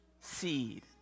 seed